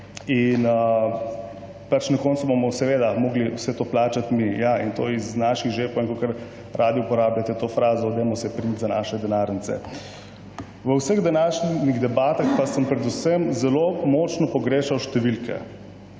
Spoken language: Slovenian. In pač na koncu bomo seveda mogli vse to plačati mi. Ja, in to iz naših žepov in kakor radi uporabljate to frazo, dajmo se prijeti za naše denarnice. V vseh današnjih debatah pa sem predvsem zelo močno pogrešal številke.